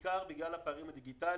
בעיקר בגלל הפערים הדיגיטליים,